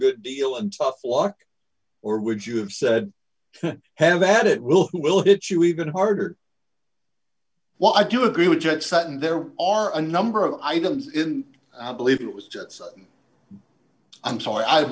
good deal and tough luck or would you have said have had it will who will hit you even harder while i do agree with jet set and there are a number of items in i believe it was jets i'm sorry i